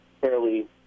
fairly